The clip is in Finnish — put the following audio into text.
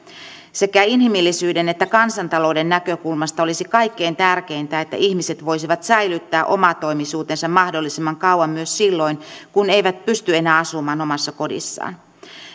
sekä inhimillisyyden että kansantalouden näkökulmasta olisi kaikkein tärkeintä että ihmiset voisivat säilyttää omatoimisuutensa mahdollisimman kauan myös silloin kun eivät pysty enää asumaan omassa kodissaan